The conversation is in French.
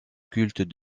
culte